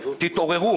תתעוררו.